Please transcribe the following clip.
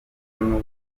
n’uburyo